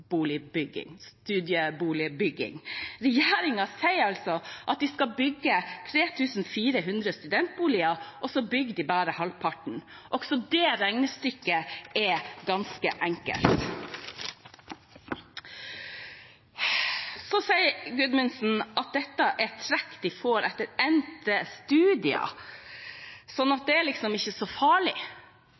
sier altså at de skal bygge 3 400 studentboliger, og så bygger de bare halvparten. Også det regnestykket er ganske enkelt. Og så sier Gudmundsen at dette er trekk de får etter endte studier – så det er liksom ikke så farlig.